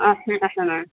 অ ঠিক আছে বাৰু